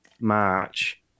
March